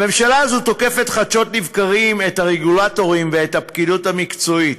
הממשלה הזאת תוקפת חדשות לבקרים את הרגולטורים ואת הפקידות המקצועית,